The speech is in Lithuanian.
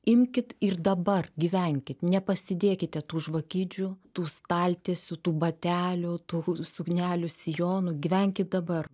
imkit ir dabar gyvenkit neprasidėkite tų žvakidžių tų staltiesių tų batelių tų suknelių sijonų gyvenkit dabar